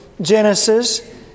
Genesis